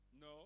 No